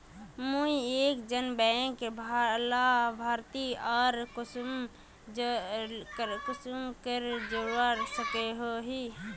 मुई एक जन बैंक लाभारती आर कुंसम करे जोड़वा सकोहो ही?